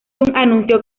anunció